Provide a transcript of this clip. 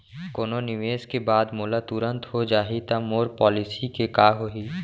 कोनो निवेश के बाद मोला तुरंत हो जाही ता मोर पॉलिसी के का होही?